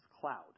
cloud